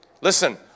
Listen